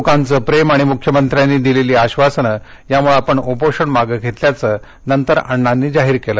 लोकांचं प्रेम आणि मुख्यमंत्र्यांनी दिलेली आश्वासनं यामुळे आपण उपोषण मागं घेतल्याचं नंतर अण्णांनी जाहीर केलं